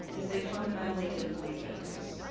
is they fundamentally didn't believe victims.